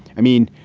i mean,